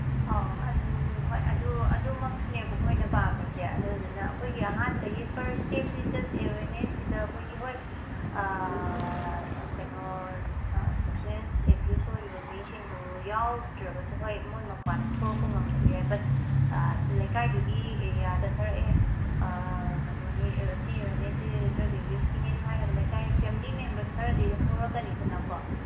ꯑꯥꯎ ꯍꯣꯏ ꯑꯗꯨ ꯑꯗꯨꯃꯛꯁꯨꯅꯦꯕ ꯑꯩꯈꯣꯏꯅ ꯄꯥꯝꯃꯤꯁꯦ ꯑꯗꯨꯗꯨꯅ ꯑꯩꯈꯣꯏꯒꯤ ꯑꯍꯥꯟꯕꯒꯤ ꯐꯔꯁ ꯏꯁꯇꯦꯞꯁꯤ ꯖꯁ ꯑꯦꯋꯔꯅꯦꯁꯁꯤꯗ ꯑꯩꯈꯣꯏꯒꯤ ꯍꯣꯏ ꯀꯩꯅꯣ ꯁꯞꯁꯇꯦꯟꯁ ꯑꯦꯕ꯭ꯌꯨꯁ ꯑꯣꯏꯔꯤꯕ ꯃꯤꯁꯤꯡꯗꯨ ꯌꯥꯎꯗ꯭ꯔꯒꯁꯨ ꯍꯣꯏ ꯃꯈꯣꯏ ꯃꯄꯥꯟꯗ ꯊꯣꯛꯂꯛꯄ ꯉꯝꯗꯕ ꯌꯥꯏ ꯕꯠ ꯂꯩꯀꯥꯏꯗꯨꯒꯤ ꯑꯦꯔꯤꯌꯥꯗ ꯈꯔ ꯑꯦ ꯀꯩꯅꯣꯅꯤ ꯁꯤ ꯑꯦꯋꯔꯅꯦꯁꯁꯤ ꯗ꯭ꯔꯒ ꯑꯦꯕ꯭ꯌꯨꯁꯀꯤꯅꯤ ꯍꯥꯏꯔꯒ ꯂꯩꯀꯥꯏ ꯐꯦꯃꯤꯂꯤ ꯃꯦꯝꯕꯔꯁ ꯈꯔꯗꯤ ꯑꯗꯨꯝ ꯊꯣꯔꯛꯀꯅꯤꯗꯀꯣ